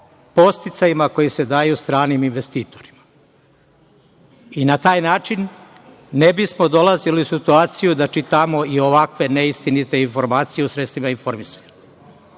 podsticajima koji se daju stranim investitorima. Na taj način ne bismo dolazili u situaciju da čitamo i ovakve neistinite informacije u sredstvima informisanja. Takođe